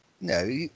no